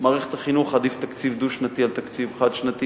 מערכת החינוך עדיף תקציב דו-שנתי על תקציב חד-שנתי,